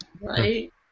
Right